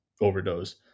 overdose